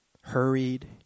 hurried